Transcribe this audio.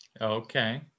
Okay